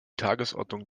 tagesordnung